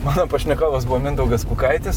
mano pašnekovas buvo mindaugas kukaitis